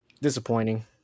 disappointing